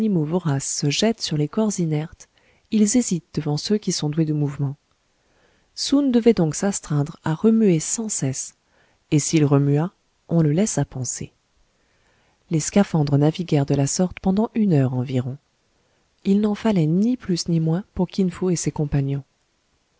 se jettent sur les corps inertes ils hésitent devant ceux qui sont doués de mouvement soun devait donc s'astreindre à remuer sans cesse et s'il remua on le laisse à penser les scaphandres naviguèrent de la sorte pendant une heure environ il n'en fallait ni plus ni moins pour kin fo et ses compagnons